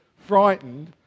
frightened